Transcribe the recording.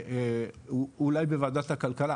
אולי בוועדת הכלכלה,